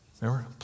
Remember